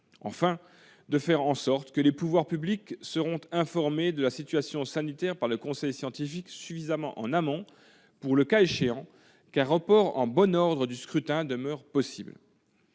voulaient faire en sorte que les pouvoirs publics soient informés de la situation sanitaire par le conseil scientifique suffisamment en amont pour que, le cas échéant, un report en bon ordre du scrutin demeure possible.